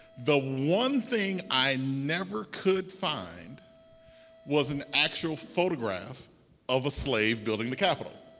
the one thing i never could find was an actual photograph of a slave building the capital.